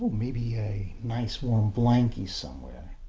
maybe a nice warm blanky somewhere?